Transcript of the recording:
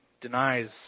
denies